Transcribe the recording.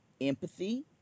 empathy